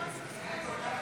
הסתייגות 88 לא נתקבלה.